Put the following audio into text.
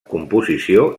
composició